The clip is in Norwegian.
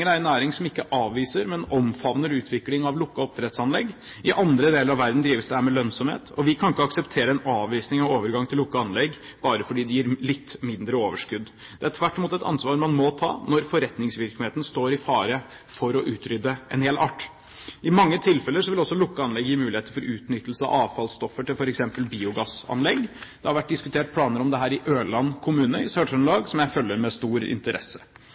er en næring som ikke avviser, men omfavner utvikling av lukkede oppdrettsanlegg. I andre deler av verden drives dette med lønnsomhet. Vi kan ikke akseptere en avvisning av overgang til lukkede anlegg bare fordi det gir litt mindre overskudd. Det er tvert imot et ansvar man må ta, når forretningsvirksomheten står i fare for å utrydde en hel art. I mange tilfeller vil også lukkede anlegg gi muligheter for utnyttelse av avfallstoffer til f.eks. biogassanlegg. Det har vært diskutert planer om dette i Ørland kommune i Sør-Trøndelag, som jeg følger med stor interesse.